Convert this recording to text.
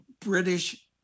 British